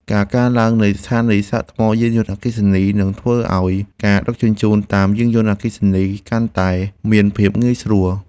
ការកើនឡើងនៃស្ថានីយសាកថ្មយានយន្តអគ្គិសនី នឹងធ្វើឱ្យការដឹកជញ្ជូនតាមយានយន្តអគ្គិសនីកាន់តែមានភាពងាយស្រួល។